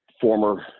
former